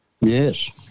Yes